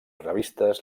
revistes